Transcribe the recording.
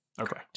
Okay